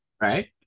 right